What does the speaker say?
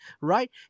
Right